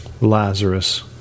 Lazarus